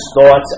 thoughts